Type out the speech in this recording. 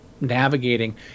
navigating